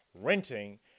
renting